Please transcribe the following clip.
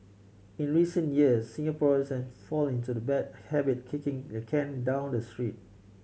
in recent years Singaporean fallen into the bad habit kicking the can down the street